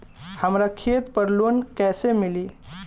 हमरा खेत पर लोन कैसे मिली?